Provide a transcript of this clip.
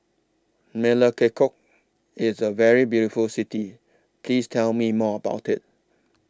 Melekeok IS A very beautiful City Please Tell Me More about IT